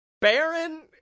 Baron